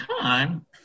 time